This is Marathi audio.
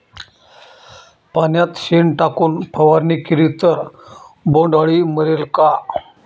पाण्यात शेण टाकून फवारणी केली तर बोंडअळी मरेल का?